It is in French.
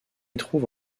trouve